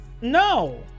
no